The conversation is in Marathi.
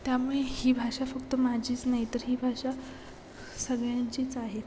त्यामुळे ही भाषा फक्त माझीच नाही तर ही भाषा सगळ्यांचीच आहे